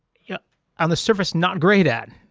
yeah on the surface, not great at?